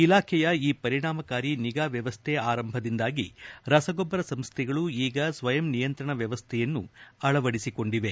ಇಲಾಖೆಯ ಈ ಪರಿಣಾಮಕಾರಿ ನಿಗಾ ವ್ಯವಸ್ಥೆ ಆರಂಭದಿಂದಾಗಿ ರಸಗೊಬ್ಬರ ಸಂಸ್ಥೆಗಳು ಈಗ ಸ್ವಯಂ ನಿಯಂತ್ರಣ ವ್ಯವಸ್ಥೆಯನ್ನು ಅಳವಡಿಸಿಕೊಂಡಿದೆ